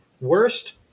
Worst